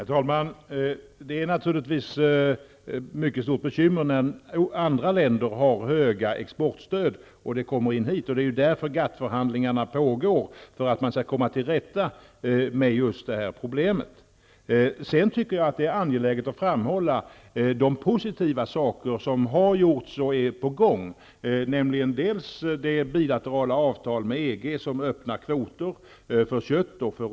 Herr talman! Det är naturligtvis ett mycket stort bekymmer när andra länder har höga exportstöd och varorna kommer hit, och det är ju för att man skall komma till rätta med just det här problemet som GATT-förhandlingarna pågår. Jag tycker också att det är angeläget att framhålla de positiva saker som har gjorts och som är på gång. Det gäller bl.a. det bilaterala avtal med EG som öppnar kvoter för kött och ost.